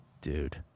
Dude